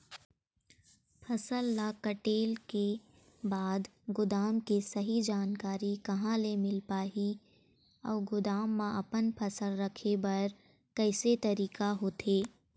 फसल ला कटेल के बाद गोदाम के सही जानकारी कहा ले मील पाही अउ गोदाम मा अपन फसल रखे बर कैसे तरीका होथे?